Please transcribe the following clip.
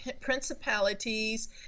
principalities